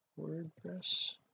WordPress